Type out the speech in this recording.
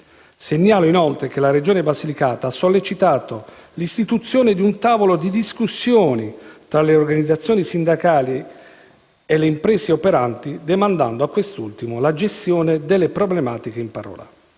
Segnalo, inoltre, che la Regione Basilicata ha sollecitato l'istituzione di un tavolo di discussione tra le organizzazioni sindacali e le imprese operanti, demandando a quest'ultimo la gestione delle problematiche in parola.